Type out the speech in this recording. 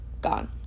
gone